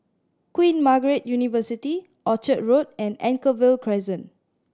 Queen Margaret University Orchard Road and Anchorvale Crescent